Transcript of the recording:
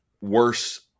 worse